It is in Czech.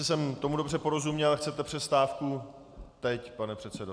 Jestli jsem tomu dobře porozuměl, chcete přestávku teď, pane předsedo.